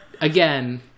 again